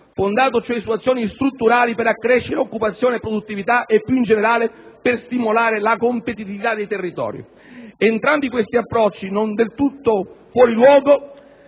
fondato cioè su azioni strutturali per accrescere occupazione e produttività e, più in generale, per stimolare la competitività dei territori. Entrambi questi approcci, non del tutto fuori luogo,